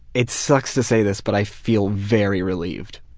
it sucks to say this but i feel very relieved.